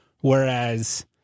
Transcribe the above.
Whereas